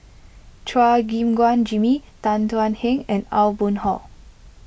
Chua Gim Guan Jimmy Tan Thuan Heng and Aw Boon Haw